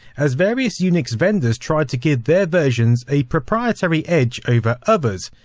as various unix vendors tried to give their versions a proprietary edge over others,